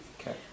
Okay